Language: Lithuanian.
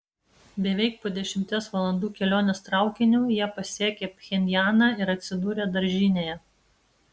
beveik po dešimties valandų kelionės traukiniu jie pasiekė pchenjaną ir atsidūrė daržinėje